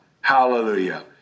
Hallelujah